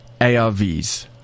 ARVs